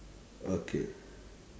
okay